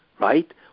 right